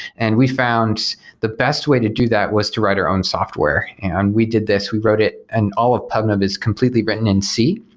and we found the best way to do that was to write our own software, and we did this, we wrote it, and all of pubnub is completely written in c.